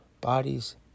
bodies